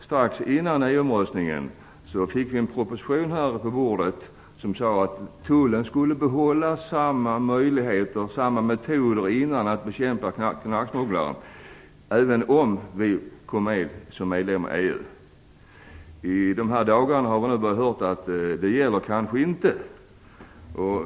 Strax före EU-omröstningen kom en proposition där det stod att tullen, även om Sverige blev medlem i EU, skulle behålla samma metoder som tidigare för att bekämpa knarksmugglarna. I dessa dagar har vi hört att det kanske inte gäller.